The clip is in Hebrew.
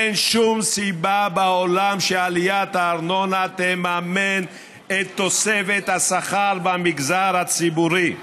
אין שום סיבה בעולם שעליית הארנונה תממן את תוספת השכר במגזר הציבורי.